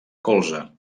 colze